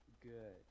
good